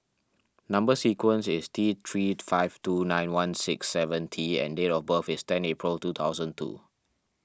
Number Sequence is T three five two nine one six seven T and date of birth is ten April two thousand two